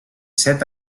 set